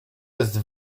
jest